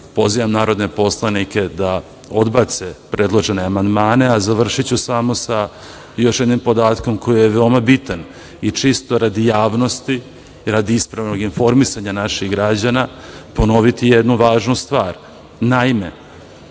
pozivam narodne poslanike da odbace predložene amandmane, a završiću samo sa još jednim podatkom koji je veoma bitan i čisto radi javnosti, radi ispravnog informisanja naših građana, ponoviti jednu važnu stvar. Naime,